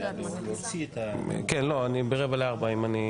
--- לא, אם תהיה